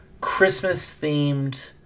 Christmas-themed